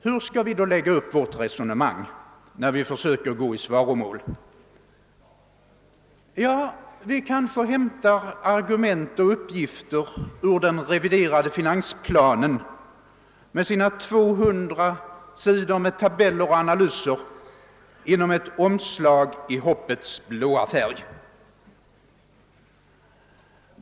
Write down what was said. Hur skall vi då lägga upp vårt resonemang när vi försöker gå i svaromål? Ja, vi kanske hämtar argument. och uppgifter ur den reviderade finansplanen med dess 200 sidor tabeller och analyser och med ett omslag i hoppets blå färg.